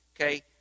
Okay